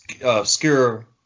obscure